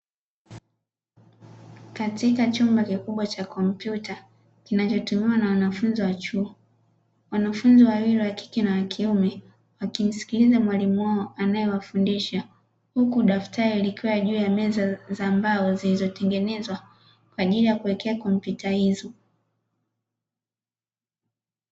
Katikati chumba kikubwa cha kompyuta, kinachotumiwa na wanafunzi wa chuo, wanafunzi wawili (wa kike na wa kiume) wakimsikiliza Mwalimu wao anayewafundisha, huku daftali likiwa juu ya meza za mbao, zilizotengenezwa kwa ajili ya kuwekea kompyuta hizo.